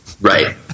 Right